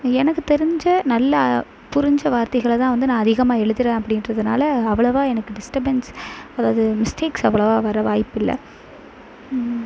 எனக்கு தெரிஞ்ச நல்லா புரிஞ்ச வார்த்தைகளை தான் வந்து நான் அதிகமாக எழுதுகிறேன் அப்படின்றதுனால அவ்வளவா எனக்கு டிஸ்டபன்ஸ் அதாவது மிஸ்டேக்ஸ் அவ்வளவா வர வாய்ப்பில்லை